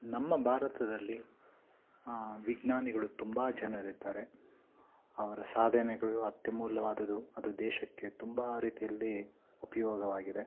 ನಮ್ಮ ಭಾರತದಲ್ಲಿ ವಿಜ್ಞಾನಿಗಳು ತುಂಬ ಜನರಿದ್ದಾರೆ ಅವರ ಸಾಧನೆಗಳು ಅತ್ಯಮೂಲ್ಯವಾದುದು ಅದು ದೇಶಕ್ಕೆ ತುಂಬ ರೀತಿಯಲ್ಲಿ ಉಪಯೋಗವಾಗಿದೆ